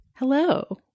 Hello